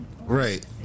right